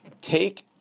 take